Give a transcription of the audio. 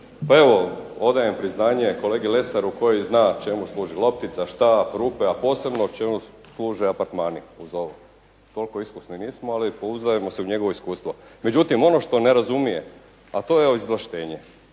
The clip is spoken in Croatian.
Pa evo odajem priznanje kolegi Lesaru koji zna čemu služi loptica, štap, rupa, a posebno čemu služe apartmani uz ovo. Toliko iskusni nismo, ali pouzdajemo se u njegovo iskustvo. Međutim, ono što ne razumije a to je izvlaštenje,